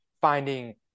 finding